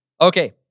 Okay